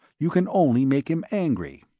you can only make him angry.